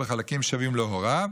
ומחציתם, בחלקים שווים, להוריו.